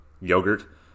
yogurt